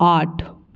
आठ